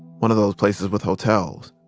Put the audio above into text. one of those places with hotels,